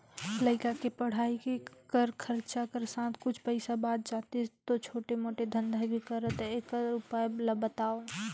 लइका के पढ़ाई कर खरचा कर साथ कुछ पईसा बाच जातिस तो छोटे मोटे धंधा भी करते एकस उपाय ला बताव?